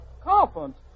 conference